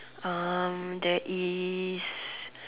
um there is